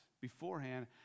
beforehand